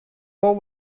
wol